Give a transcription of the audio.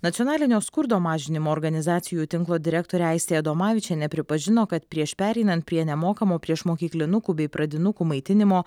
nacionalinio skurdo mažinimo organizacijų tinklo direktorė aistė adomavičienė pripažino kad prieš pereinant prie nemokamo priešmokyklinukų bei pradinukų maitinimo